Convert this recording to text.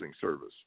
service